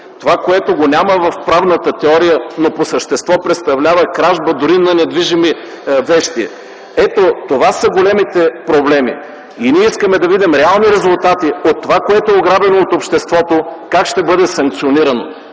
това, което го няма в правната теория, но по същество представлява кражба дори на недвижими вещи. Ето това са големите проблеми. Ние искаме да видим реални резултати от това, което е ограбено от обществото как ще бъде санкционирано,